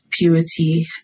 purity